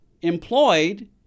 employed